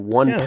one